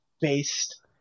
based